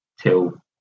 till